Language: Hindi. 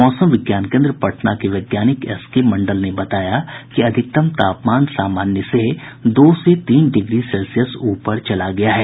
मौसम विज्ञान केन्द्र पटना के वैज्ञानिक एसके मंडल ने बताया कि अधिकतम तापमान सामन्य से दो से तीन डिग्री सेल्सियस ऊपर चला गया है